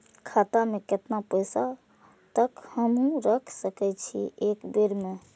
खाता में केतना पैसा तक हमू रख सकी छी एक बेर में?